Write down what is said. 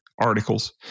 articles